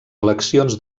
eleccions